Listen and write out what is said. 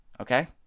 okay